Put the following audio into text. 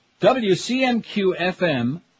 WCMQFM